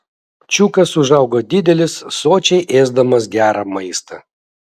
čiukas užaugo didelis sočiai ėsdamas gerą maistą